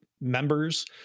members